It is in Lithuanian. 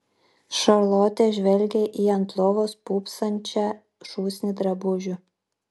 šarlotė žvelgė į ant lovos pūpsančią šūsnį drabužių